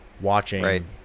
watching